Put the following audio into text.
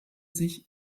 sich